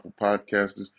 podcasters